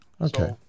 okay